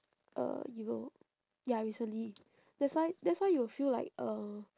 uh you will ya recently that's why that's why you will feel like uh